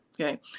Okay